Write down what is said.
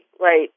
right